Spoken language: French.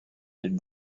ils